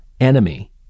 enemy